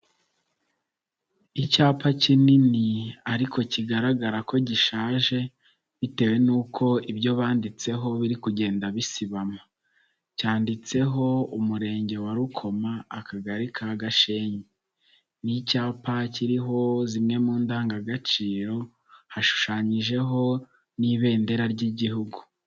Icyapa kinini ariko kigaragara ko gishaje bitewe nuko ibyo banditseho biri kugenda bisibama. Cyanditseho Umurenge wa Rukoma, Akagari ka Gashenyi. Ni icyapa kiriho zimwe mu ndangagaciro, hashushanyijeho n'Ibendera ry'Igihugu.